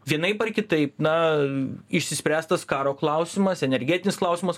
vienaip ar kitaip na išsispręstas karo klausimas energetinis klausimas